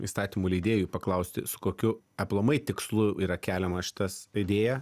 įstatymų leidėjui paklausti su kokiu aplamai tikslu yra keliama šitas idėja